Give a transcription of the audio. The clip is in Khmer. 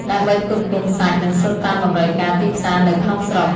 ដើម្បីផ្គត់ផ្គង់សាច់ និងស៊ុតតាមតម្រូវការទីផ្សារនៅក្នុងស្រុក។